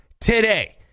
today